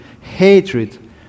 hatred